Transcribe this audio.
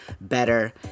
better